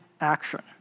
action